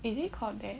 is it called that